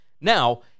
Now